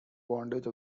bondage